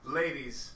ladies